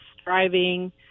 striving